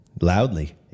loudly